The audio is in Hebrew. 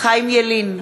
חיים ילין,